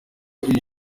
iryo